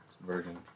virgin